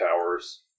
towers